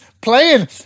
playing